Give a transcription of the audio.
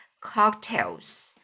cocktails